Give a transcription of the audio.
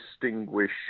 distinguish